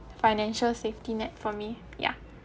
financial safety net for me ya